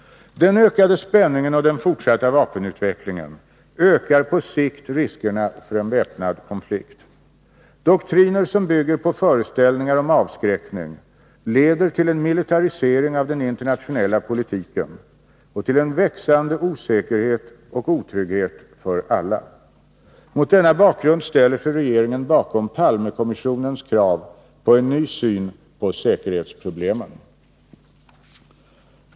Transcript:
Den ökade spänningen och den fortsatta vapenutvecklingen ökar på sikt riskerna för en väpnad konflikt. Doktriner som bygger på föreställningar om avskräckning leder till en militarisering av den internationella politiken och till en växande osäkerhet och otrygghet för alla. Mot denna bakgrund ställer sig regeringen bakom Palmekommissionens krav på en ny syn på säkerhetsproblemen.